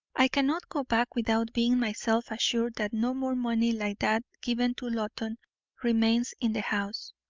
i cannot go back without being myself assured that no more money like that given to loton remains in the house.